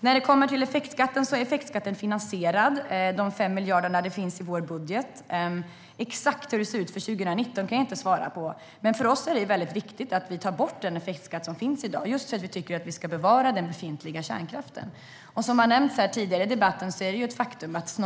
När det gäller effektskatten är den finansierad. De 5 miljarderna finns i vår budget. Exakt hur det ser ut för 2019 kan jag inte svara på. Men för oss är det viktigt att ta bort den effektskatt som finns i dag just eftersom vi tycker att vi ska bevara den befintliga kärnkraften. Som har nämnts tidigare i debatten är det ett faktum att